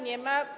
Nie ma.